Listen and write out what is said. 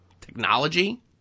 technology